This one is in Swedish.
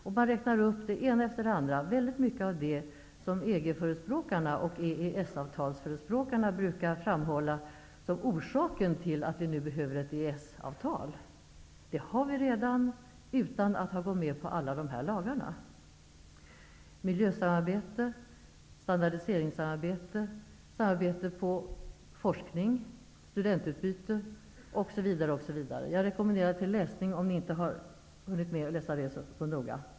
Utskottet räknar upp det ena efter det andra av det som EG-förespråkarna och EES avtalets förespråkare brukar framhålla som orsaken till att vi nu behöver ett EES-avtal. Vi har redan samarbete utan att gå med på alla EG:s lagar -- miljösamarbete, standardiseringssamarbete, samarbete i fråga om forskning, studentutbyte osv. Jag rekommenderar det avsnittet till läsning, om ni inte har hunnit med att läsa det så noga.